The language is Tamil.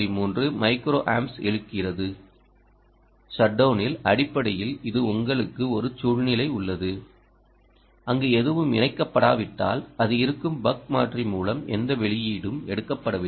3 மைக்ரோ ஆம்ப்ஸ் இழுக்கிறது ஷட் டவுனில் அடிப்படையில் இது உங்களுக்கு ஒரு சூழ்நிலை உள்ளது அங்கு எதுவும் இணைக்கப்படாவிட்டால் அது இருக்கும் பக் மாற்றி மூலம் எந்த வெளியீடும் எடுக்கப்படவில்லை